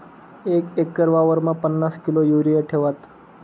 एक एकर वावरमा पन्नास किलो युरिया ठेवात